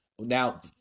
Now